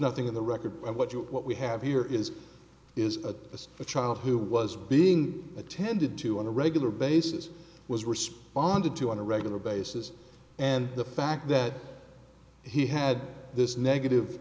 nothing in the record but what you are what we have here is is that as a child who was being attended to on a regular basis was responded to on a regular basis and the fact that he had this negative